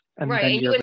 right